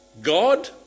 God